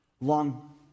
Long